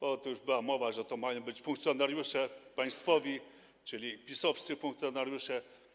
O tym już była mowa, że to mają być funkcjonariusze państwowi, czyli PiS-owscy funkcjonariusze.